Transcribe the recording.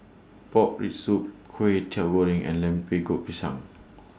Pork Rib Soup Kway Teow Goreng and Pisang